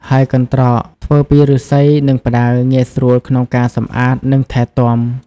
ហើយកន្ត្រកធ្វើពីឫស្សី និងផ្តៅងាយស្រួលក្នុងការសម្អាត និងថែទាំ។